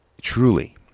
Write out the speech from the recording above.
truly